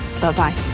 Bye-bye